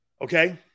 Okay